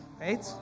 right